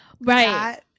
right